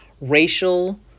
racial